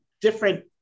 different